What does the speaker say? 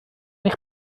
eich